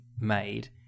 made